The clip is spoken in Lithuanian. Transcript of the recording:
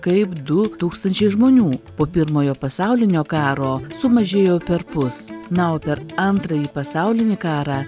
kaip du tūkstančiai žmonių po pirmojo pasaulinio karo sumažėjo perpus na o per antrąjį pasaulinį karą